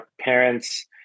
parents